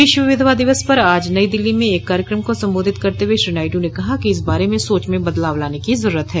विश्व विधवा दिवस पर आज नई दिल्ली में एक कार्यक्रम को संबोधित करते हुए श्री नायडू ने कहा कि इस बारे में सोच में बदलाव लाने की जरूरत है